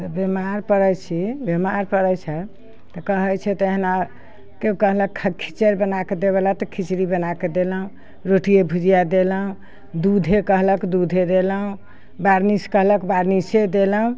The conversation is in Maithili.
सभ बीमार पड़ै छी बीमार पड़ै छऽ तऽ कहै छै तहिना केओ कहलक खऽ खिचैड़ बनाके देबे लए तऽ खिचड़ी बना कऽ देलहुँ रोटिये भुजिआ देलहुँ दूधे कहलक दूधे देलहुँ बारनीस कहलक बारनीसे देलहुँ